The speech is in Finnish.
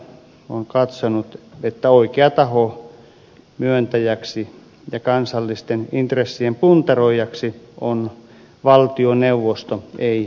valiokunta on katsonut että oikea taho myöntäjäksi ja kansallisten intressien puntaroijaksi on valtioneuvosto ei ministeriö